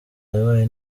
yabaye